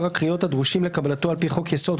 הקריאות הדרושים לקבלתו על-פי חוק-יסוד,